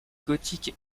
gothique